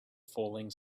falling